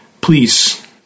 Please